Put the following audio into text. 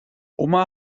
oma